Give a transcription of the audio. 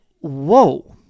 Whoa